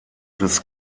des